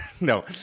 No